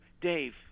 Dave